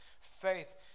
faith